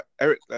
Eric